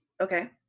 Okay